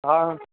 ஆ